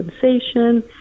sensation